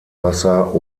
wasser